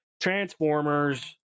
Transformers